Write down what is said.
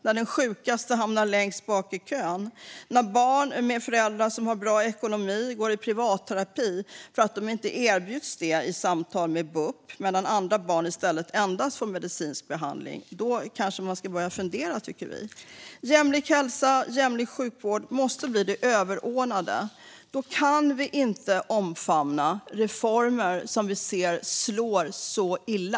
När den sjukaste hamnar längst bak i kön och när barn med föräldrar som har bra ekonomi går i privatterapi för att de inte erbjuds det i samtal med bup, medan andra barn i stället endast får medicinsk behandling tycker vi att man ska börja fundera på det. Jämlik hälsa och jämlik sjukvård måste bli det överordnade. Då kan vi inte omfamna reformer som vi ser slår så illa.